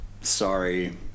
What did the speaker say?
sorry